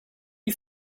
you